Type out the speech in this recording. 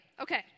okay